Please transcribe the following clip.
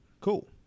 Cool